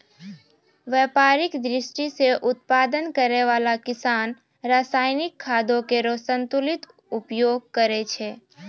व्यापारिक दृष्टि सें उत्पादन करै वाला किसान रासायनिक खादो केरो संतुलित उपयोग करै छै